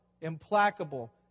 implacable